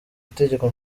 itegeko